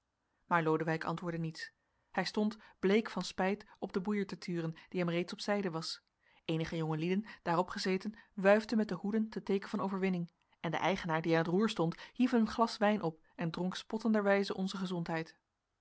maar lodewijk antwoordde niets hij stond bleek van spijt op den boeier te turen die hem reeds op zijde was eenige jonge lieden daarop gezeten wuifden met de hoeden ten teeken van overwinning en de eigenaar die aan het roer stond hief een glas wijn op en dronk spottenderwijze onze gezondheid